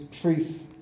truth